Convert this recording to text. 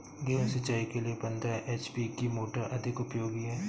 गेहूँ सिंचाई के लिए पंद्रह एच.पी की मोटर अधिक उपयोगी है?